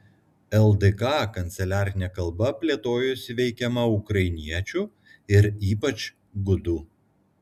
ldk kanceliarinė kalba plėtojosi veikiama ukrainiečių ir ypač gudų